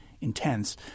intense